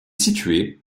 située